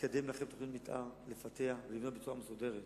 לקדם לכם תוכנית מיתאר, לפתח ולבנות בצורה מסודרת,